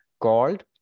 called